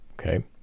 Okay